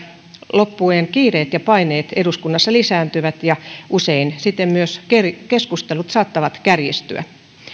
loppuaan kiireet ja paineet eduskunnassa lisääntyvät ja usein sitten myös keskustelut saattavat kärjistyä